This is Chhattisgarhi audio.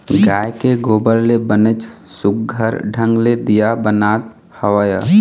गाय के गोबर ले बनेच सुग्घर ढंग ले दीया बनात हवय